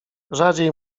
rzadziej